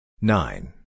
Nine